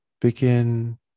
begin